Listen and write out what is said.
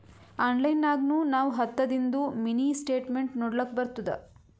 online ನಾಗ್ನು ನಾವ್ ಹತ್ತದಿಂದು ಮಿನಿ ಸ್ಟೇಟ್ಮೆಂಟ್ ನೋಡ್ಲಕ್ ಬರ್ತುದ